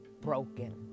broken